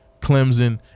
Clemson